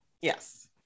Yes